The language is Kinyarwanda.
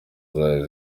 zayo